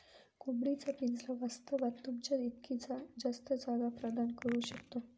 कोंबडी चा पिंजरा वास्तवात, तुमच्या इतकी जास्त जागा प्रदान करू शकतो